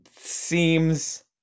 Seems